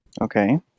Okay